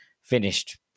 finished